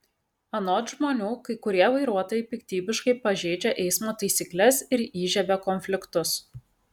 anot žmonių kai kurie vairuotojai piktybiškai pažeidžia eismo taisykles ir įžiebia konfliktus